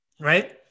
Right